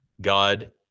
God